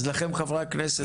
אז לכן חברי הכנסת,